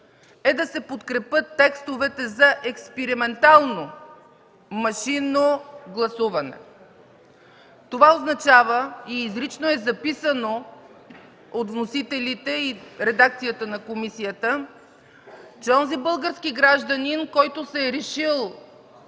е да се подкрепят текстовете за експериментално машинно гласуване. Това означава и изрично е записано от вносителите и редакцията на комисията, че онзи български гражданин, който се е решил